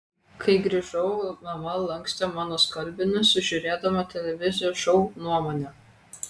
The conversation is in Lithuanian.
kai grįžau mama lankstė mano skalbinius žiūrėdama televizijos šou nuomonė